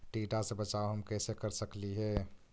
टीडा से बचाव हम कैसे कर सकली हे?